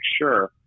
sure